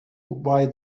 why